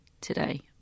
today